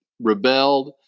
rebelled